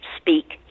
speak